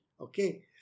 Okay